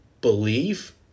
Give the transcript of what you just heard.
believe